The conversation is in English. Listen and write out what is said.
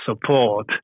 support